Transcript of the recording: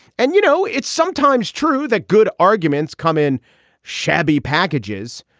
and you know it's sometimes true that good arguments come in shabby packages.